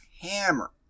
hammer